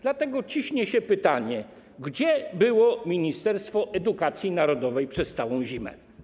Dlatego ciśnie się pytanie: Gdzie było Ministerstwo Edukacji Narodowej przez całą zimę?